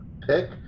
pick